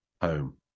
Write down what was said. home